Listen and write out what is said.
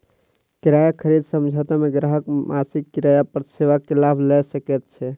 किराया खरीद समझौता मे ग्राहक मासिक किराया पर सेवा के लाभ लय सकैत छै